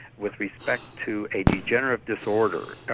with respect to a degenerative disorder?